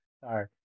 Sorry